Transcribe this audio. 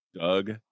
Doug